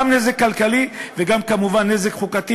זה גם נזק כלכלי וגם כמובן נזק חוקתי